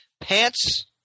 Pants